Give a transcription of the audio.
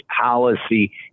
policy